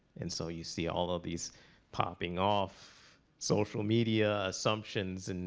and so, you see all of these popping off social media assumptions. and